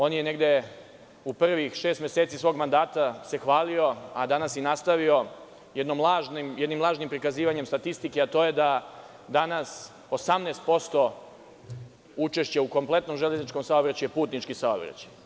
On se negde u prvih šest meseci svog mandata hvalio, a danas je nastavio, jednim lažnim prikazivanjemstatistike, a to je da je 18% učešća u kompletnom železničkom saobraćaju putnički saobraćaj.